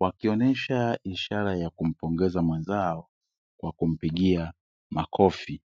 wakionesha ishara ya kumpongeza mwenzao kwa kumpigia makofi.